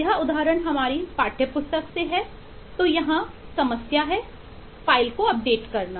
यह उदाहरण हमारी पाठ्य पुस्तक से है तो यहाँ समस्या है फ़ाइल को अपडेट करना